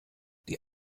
die